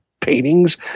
paintings